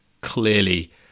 clearly